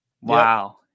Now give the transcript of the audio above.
wow